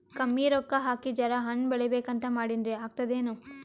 ಕಮ್ಮಿ ರೊಕ್ಕ ಹಾಕಿ ಜರಾ ಹಣ್ ಬೆಳಿಬೇಕಂತ ಮಾಡಿನ್ರಿ, ಆಗ್ತದೇನ?